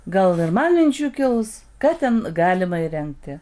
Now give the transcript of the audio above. gal ir man minčių kils ką ten galima įrengti